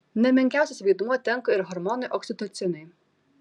ne menkiausias vaidmuo tenka ir hormonui oksitocinui